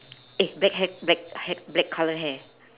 eh black hair black ha~ black colour hair